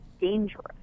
dangerous